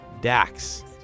Dax